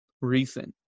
recent